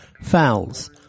Fouls